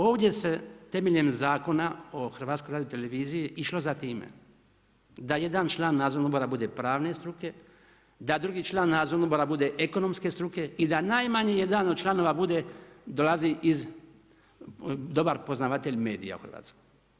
Ovdje se temeljem Zakona o HRT-u išlo za time da jedan član nadzornog odbora bude pravne struke, da drugi član nadzornog odbora bude ekonomske struke i da najmanje jedan od članova dolazi iz dobar poznavatelj medija u Hrvatskoj.